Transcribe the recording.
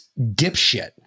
dipshit